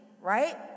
right